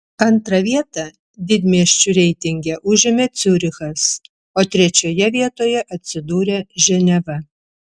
antrą vietą didmiesčių reitinge užėmė ciurichas o trečioje vietoje atsidūrė ženeva